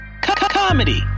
comedy